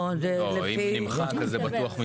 לא, --- זה בטוח מצטבר.